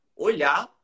olhar